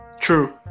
True